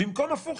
במקום הפוך,